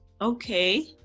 Okay